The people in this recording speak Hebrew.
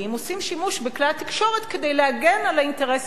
שימוש בכלי התקשורת כדי להגן על האינטרסים האלה.